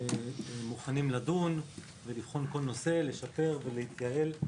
אנחנו מוכנים לדון ולבחון כל נושא, לשפר ולהתייעל.